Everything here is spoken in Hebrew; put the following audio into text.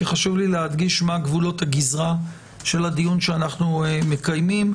כי חשוב לי להדגיש מה גבולות הגזרה של הדיון שאנחנו מקיימים.